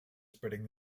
spreading